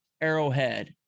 Arrowhead